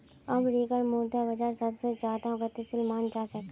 अमरीकार मुद्रा बाजार सबसे ज्यादा गतिशील मनाल जा छे